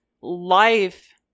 life